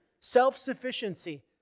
self-sufficiency